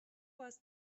was